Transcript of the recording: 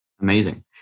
Amazing